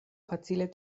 facile